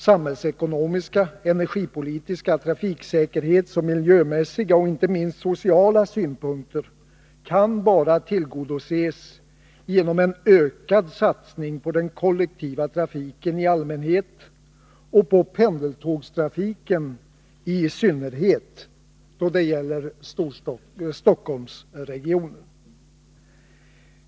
Samhällsekonomiska, energipolitiska, trafiksäkerhetsoch miljömässiga och inte minst sociala synpunkter kan bara tillgodoses genom en ökad satsning på den kollektiva trafiken i allmänhet och, då det gäller Stockholmsregionen, på pendeltågstrafiken i synnerhet.